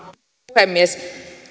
puhemies